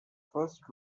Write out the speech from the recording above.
first